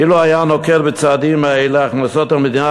אילו היה נוקט את הצעדים האלה הכנסות המדינה